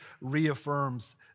reaffirms